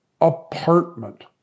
apartment